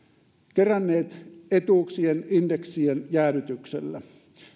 keränneet etuuksien indeksien jäädytyksellä